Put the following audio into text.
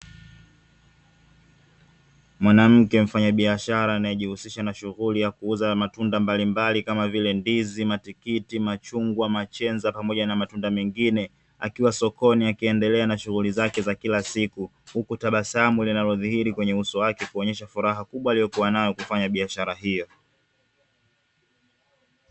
Mwanamke mfanyabiashara anayejihusisha na shughuli ya kuuza matunda mbalimbali kama vile ndizi, matikiti, machungwa, machenza pamoja na matunda mengine akiwa sokoni akiendelea na shughuli zake za kila siku, huku tabasamu linalodhihiri kwenye uso wake kuonyesha furaha kubwa aliyokuwa nayo kufanya biashara hiyo.